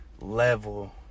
level